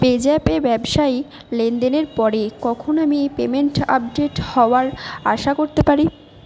PayZapp এ ব্যবসায়ী লেনদেনের পরে কখন আমি এই পেমেন্ট আপডেট হওয়ার আশা করতে পারি